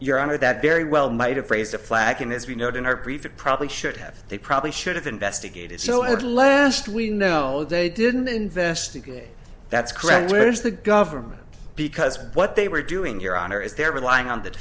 your honor that very well might have raised a flag and as we know it in our preview probably should have they probably should have investigated so at lest we know they didn't investigate that's where is the government because what they were doing your honor is they're relying on th